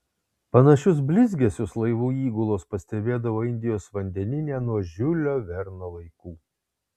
panašius blizgesius laivų įgulos pastebėdavo indijos vandenyne nuo žiulio verno laikų